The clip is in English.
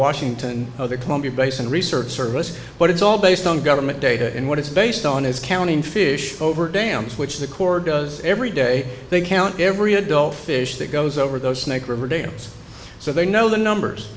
washington of the columbia basin research service but it's all based on government data and what it's based on is counting fish over dams which the corps does every day they count every adult fish that goes over those snake river dates so they know the numbers